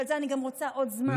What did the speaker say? ועל זה אני רוצה עוד זמן.